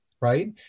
right